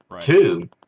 two